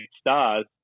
stars